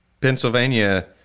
Pennsylvania